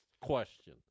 question